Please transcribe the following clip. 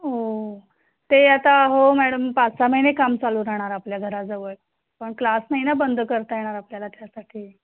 हो ते आता हो मॅडम पाच सहा महिने काम चालू राहणार आपल्या घराजवळ पण क्लास नाही ना बंद करता येणार आपल्याला त्यासाठी